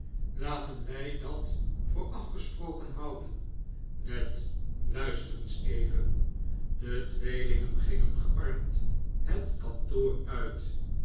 laten wij dat voor afgesproken houden ned luister eens even de tweelingen gingen gearmd het kantoor uit